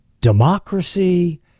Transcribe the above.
democracy